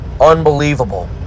Unbelievable